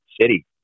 city